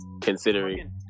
considering